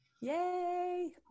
yay